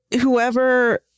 whoever